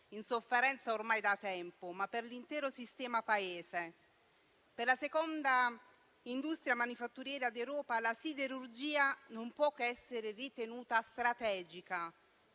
in sofferenza ormai da tempo, ma per l'intero sistema Paese. Per la seconda industria manifatturiera d'Europa, la siderurgia non può che essere ritenuta strategica.